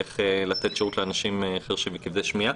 איך לתת שירות לאנשים חירשים וכבדי שמיעה.